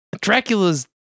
Dracula's